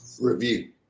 review